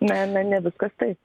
ne ne ne viskas taip